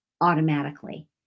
automatically